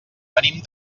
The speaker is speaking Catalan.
venim